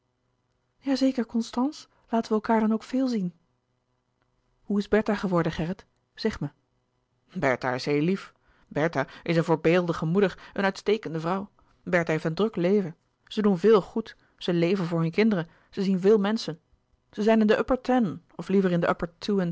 ja zeker constance laten we elkaâr dan ook veel zien hoe is bertha geworden gerrit zeg me bertha is heel lief bertha is een voorbeeldige moeder een uitstekende vrouw bertha heeft een druk leven ze doen veel goed ze louis couperus de boeken der kleine zielen leven voor hun kinderen ze zien veel menschen ze zijn in de upper ten of liever in de